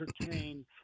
entertain